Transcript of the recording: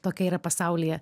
tokia yra pasaulyje